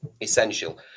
essential